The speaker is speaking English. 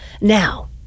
Now